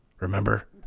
remember